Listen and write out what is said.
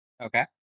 Okay